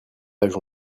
âge